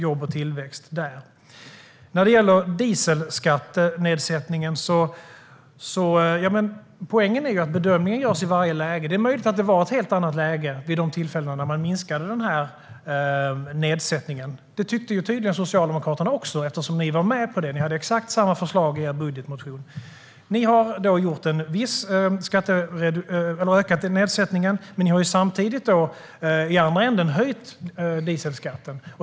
Poängen med dieselskattenedsättningen är ju att bedömningen görs i varje läge. Det är möjligt att det var ett helt annat läge vid de tillfällen då man minskade nedsättningen. Det tyckte tydligen Socialdemokraterna också eftersom ni var med på det. Ni hade exakt samma förslag i er budgetmotion. Ni har gjort en viss ökning av nedsättningen, men ni har samtidigt i andra änden höjt dieselskatten.